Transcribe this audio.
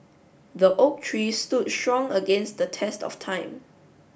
the oak tree stood strong against the test of time